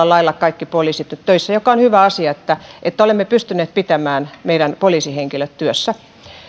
lailla kaikki poliisit nyt töissä ja on hyvä asia että että olemme pystyneet pitämään meidän poliisihenkilömme työssä